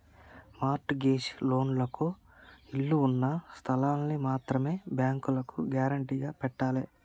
mart gauge లోన్లకు ఇళ్ళు ఉన్న స్థలాల్ని మాత్రమే బ్యేంకులో గ్యేరంటీగా పెట్టాలే